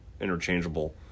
interchangeable